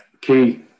key